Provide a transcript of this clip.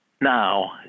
Now